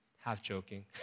half-joking